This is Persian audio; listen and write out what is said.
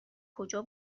کجا